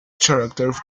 character